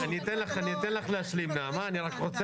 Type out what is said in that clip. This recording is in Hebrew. אני אתן לך להשלים --- חברים.